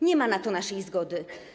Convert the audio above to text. Nie ma na to naszej zgody.